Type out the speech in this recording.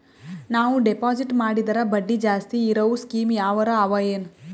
ನಾವು ಡೆಪಾಜಿಟ್ ಮಾಡಿದರ ಬಡ್ಡಿ ಜಾಸ್ತಿ ಇರವು ಸ್ಕೀಮ ಯಾವಾರ ಅವ ಏನ?